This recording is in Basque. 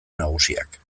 nagusiak